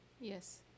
Yes